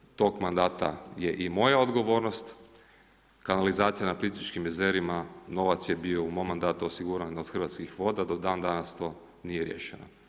Znam da dio tog mandata je i moja odgovornost, kanalizacija na Plitvičkim jezerima novac je bio u mom mandatu osiguran od Hrvatskih voda do dan danas to nije riješeno.